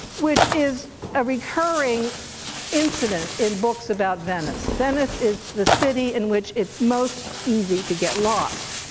which is a recurring incident in books about venice. venice is the city in which it's most easy to get lost.